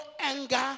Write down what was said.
anger